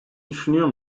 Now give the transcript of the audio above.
düşünüyor